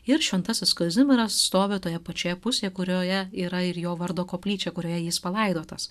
ir šventasis kazimieras stovi toje pačioje pusėje kurioje yra ir jo vardo koplyčia kurioje jis palaidotas